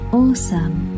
awesome